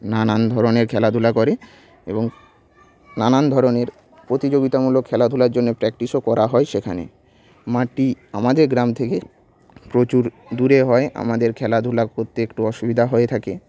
নানান ধরনের খেলাধুলা করে এবং নানান ধরনের প্রতিযোগিতামূলক খেলাধুলার জন্যে প্র্যাকটিসও করা হয় সেখানে মাঠটি আমাদের গ্রাম থেকে প্রচুর দূরে হয় আমাদের খেলাধুলা করতে একটু অসুবিধা হয়ে থাকে